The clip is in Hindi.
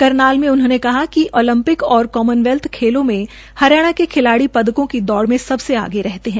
करनाल में उनहोंने कहा कि ओलपिक और कॉमन वेल्थ खेलों में हरियाणा के खिलाड़ी पदकों की दौड में सबसे आगे रहते है